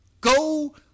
Go